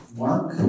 mark